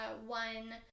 one